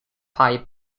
pipe